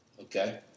Okay